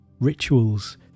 Rituals